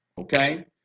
Okay